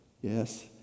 Yes